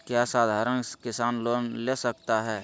क्या साधरण किसान लोन ले सकता है?